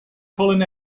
colin